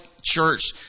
church